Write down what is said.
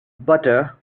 butter